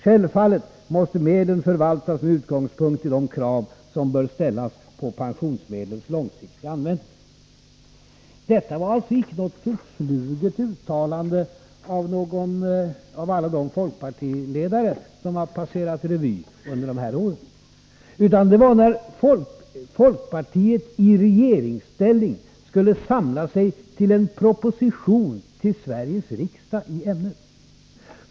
Självfallet måste medlen förvaltas med utgångspunkt i de krav som bör ställas på pensionsmedlens långsiktiga användning.” Detta var alltså inte något förfluget uttalande av någon av alla de folkpartiledare som under dessa år har passerat revy, utan det sades när folkpartiet i regeringsställning skulle samla sig till en proposition till Sveriges riksdag i ämnet.